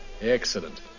Excellent